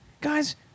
Guys